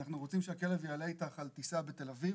אנחנו רוצים שהכלב יעלה איתך על טיסה בתל אביב,